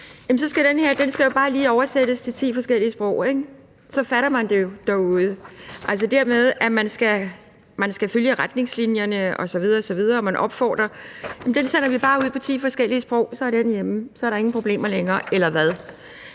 bare lige oversættes til ti forskellige sprog, ikke? Så fatter man det jo derude, altså det her med, at man skal følge retningslinjerne og det, man opfordrer til, osv., osv. Så sender vi det bare lige ud på ti forskellige sprog, og så er den hjemme; så er der ingen problemer længere